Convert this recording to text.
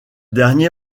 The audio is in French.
dernier